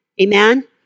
Amen